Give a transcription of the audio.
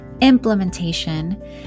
implementation